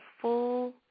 full